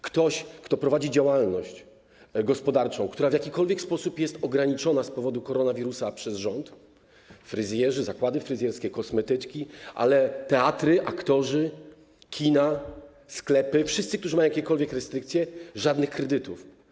Ktoś, kto prowadzi działalność gospodarczą, która w jakikolwiek sposób jest ograniczona z powodu koronawirusa przez rząd: fryzjerzy, zakłady fryzjerskie, kosmetyczki, ale i teatry, aktorzy, kina, sklepy, wszyscy, którzy mają jakiekolwiek restrykcje - żadnych kredytów.